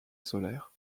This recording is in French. solaire